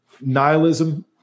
nihilism